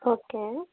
okay